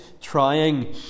trying